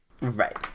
right